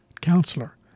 counselor